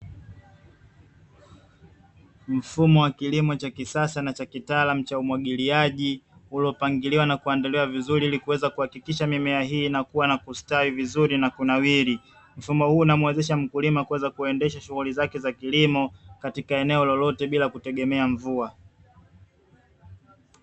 Mfumo wa kilimo cha kisasa na cha kitaalamu cha umwagiliaji, uliopangiliwa na kuandaliwa vizuri, ili kuweza kuhakikisha mimea hii inakua na kustawi vizuri na kunawiri. Mfumo huu unamuwezesha mkulima kuweza kuendesha shughuli zake za kilimo katika eneo lolote bila kutegemea mvua.